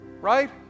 right